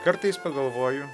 kartais pagalvoju